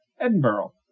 Edinburgh